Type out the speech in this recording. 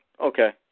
okay